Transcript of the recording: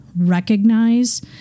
recognize